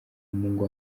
muhungu